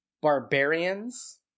barbarians